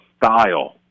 style